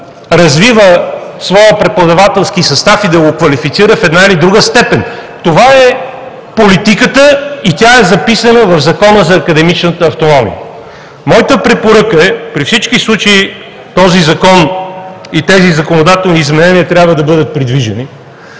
да развива своя преподавателски състав, да го квалифицира в една или друга степен. Това е политиката и тя е записана в Закона за академичната автономия. Моята препоръка е: при всички случаи този закон и тези законодателни изменения трябва да бъдат придвижени,